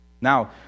Now